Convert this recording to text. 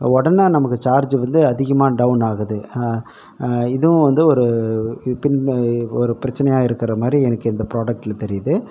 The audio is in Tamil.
உடனே நமக்கு சார்ஜ் வந்து அதிகமாக டவுன் ஆகுது இதுவும் வந்து ஒரு எப்போதுமே ஒரு பிரச்சனையாக இருக்கிற மாதிரி எனக்கு இந்த ப்ராடெக்ட்டில் தெரியுது